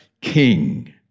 king